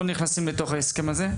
לא נכנסים לתוך ההסכם הזה?